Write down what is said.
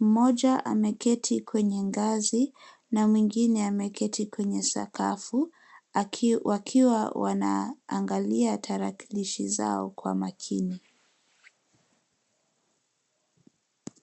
Mmoja ameketi kwenye ngazi na mwingine ameketi kwenye sakafu wakiwa wanaangalia tarakilishi zao kwa makini.